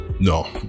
No